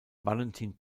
valentin